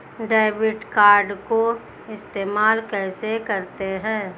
Debit card को इस्तेमाल कैसे करते हैं?